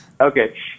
Okay